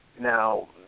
Now